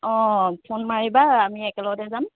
অ phone মাৰিবা আমি একেলগতে যাম